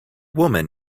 woman